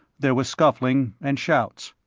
there was scuffling and shouts.